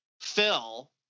Phil